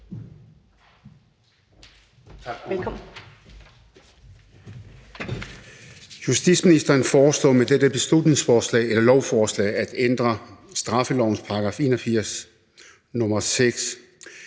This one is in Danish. Justitsministeren foreslår med dette lovforslag at ændre straffelovens § 81, nr. 6,